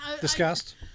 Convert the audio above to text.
Disgust